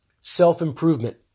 self-improvement